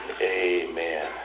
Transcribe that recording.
Amen